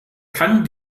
kann